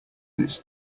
its